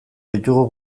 ditugu